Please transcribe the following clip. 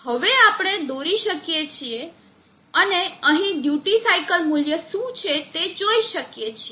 હવે આપણે દોરી શકીએ છીએ અને અહીં ડ્યુટી સાઇકલ મૂલ્ય શું છે તે જોઈ શકીએ છીએ